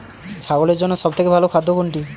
ছাগলের জন্য সব থেকে ভালো খাদ্য কোনটি?